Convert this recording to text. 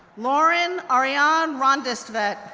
lauren arianne rondestvedt,